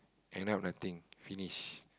end up nothing finish